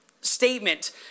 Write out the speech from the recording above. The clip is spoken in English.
statement